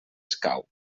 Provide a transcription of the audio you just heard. escau